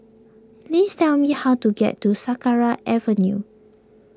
please tell me how to get to Sakra Avenue